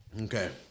Okay